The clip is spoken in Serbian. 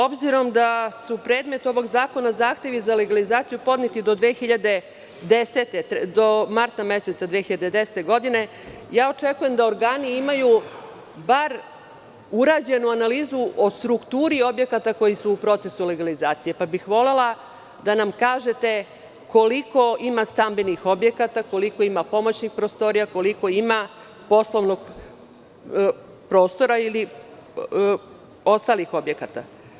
Obzirom da su predmet ovog zakona zahtevi za legalizaciju podneti domarta meseca 2010 godine, očekujem da organi imaju bar urađenu analizu o strukturi objekata koji su u procesu legalizacije, pa bih volela da nam kažete koliko ima stambenih objekata, koliko ima pomoćnih prostorija, koliko ima poslovnog prostora ili ostalih objekata.